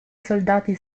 soldati